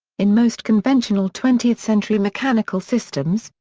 in most conventional twentieth century mechanical systems,